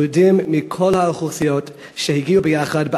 יהודים מכל האוכלוסיות שהגיעו ביחד,